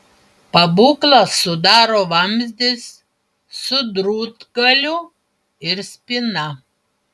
pabūklą sudaro vamzdis su drūtgaliu ir spyna